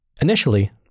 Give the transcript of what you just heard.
Initially